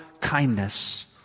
kindness